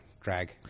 drag